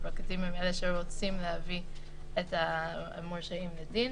הפרקליטים הם אלה שרוצים להביא את המורשעים לדין.